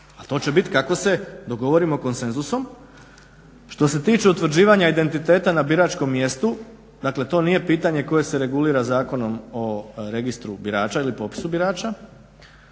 to će biti kako se dogovorimo konsenzusom. Što se tiče utvrđivanja identiteta na biračkom mjestu, dakle to nije pitanje koje se regulira Zakonom o registru birača ili popisu birača